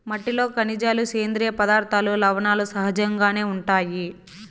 మట్టిలో ఖనిజాలు, సేంద్రీయ పదార్థాలు, లవణాలు సహజంగానే ఉంటాయి